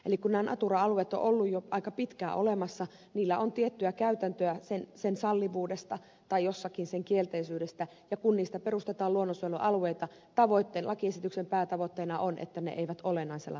eli kun nämä natura alueet ovat olleet jo aika pitkään olemassa niillä on tiettyä käytäntöä sen sallivuudesta tai jossakin sen kielteisyydestä ja kun niistä perustetaan luonnonsuojelualueita lakiesityksen päätavoitteena on että ne eivät olennaisella tavalla muutu